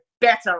better